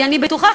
כי אני בטוחה,